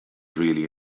really